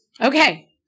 Okay